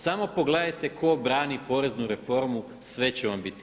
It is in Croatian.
Samo pogledajte tko brani poreznu reformu sve će vam biti